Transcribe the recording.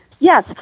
Yes